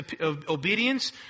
obedience